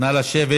נא לשבת.